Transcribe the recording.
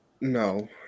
no